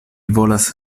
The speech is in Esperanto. volas